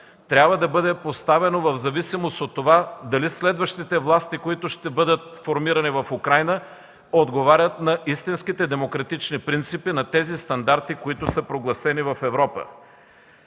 трябва да бъде поставено в зависимост от това дали следващите власти, които ще бъдат формирани в Украйна, отговарят на истинските демократични принципи, на тези стандарти, които са прогласени в Европа.